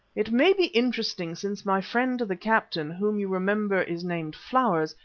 it may be interesting since my friend, the captain, whom you remember is named flowers,